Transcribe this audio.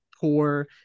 poor